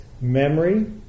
memory